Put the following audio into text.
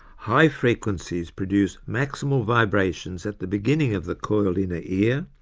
high frequencies produce maximal vibrations at the beginning of the coiled inner ear,